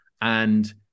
and-